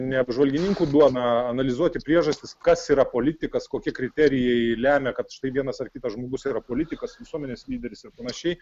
ne apžvalgininkų duona analizuoti priežastis kas yra politikas kokie kriterijai lemia kad štai vienas ar kitas žmogus yra politikas visuomenės lyderis ir panašiai